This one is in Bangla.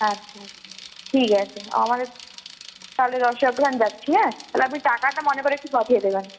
আচ্ছা আচ্ছা ঠিক আছে আমাদের তাহলে দশই অগ্রহায়ণ যাচ্ছি হ্যাঁ তাহলে আপনি টাকাটা মনে করে একটু পাঠিয়ে দেবেন